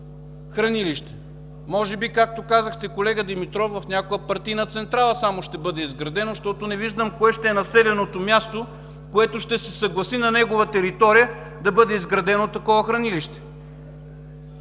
хранилище? Може би, както казахте, колега Димитров, в някоя партийна централа само ще бъде изградено, защото не виждам кое ще е населеното място, което ще се съгласи на негова територия да бъде изградено такова хранилище.